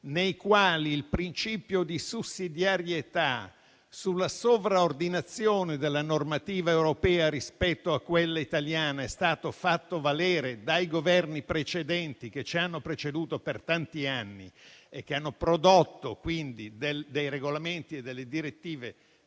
nei quali il principio di sussidiarietà sulla sovraordinazione della normativa europea rispetto a quella italiana è stato fatto valere dai Governi precedenti per tanti anni. Sono stati prodotti, infatti, regolamenti e direttive